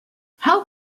how